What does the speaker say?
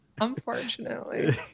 Unfortunately